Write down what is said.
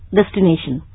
destination